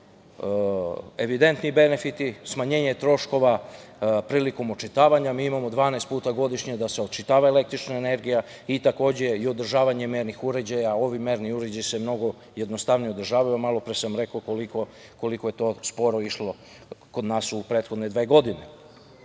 evidentni benefiti, smanjenje troškova prilikom očitavanja, mi imao 12 puta godišnje da se očitava električna energija i takođe održavanje mernih uređaja, a ovi merni uređaji se mnogo jednostavnije održavaju, a malopre sam rekao koliko je to sporo išlo kod nas u prethodne dve godine. Četvrti